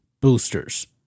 boosters